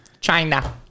China